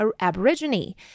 aborigine